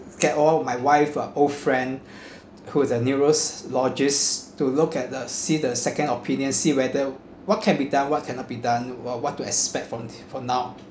get all my wife uh old friend who is a neurologist to look at the see the second opinion see whether what can be done what cannot be done wha~ what to expect from from now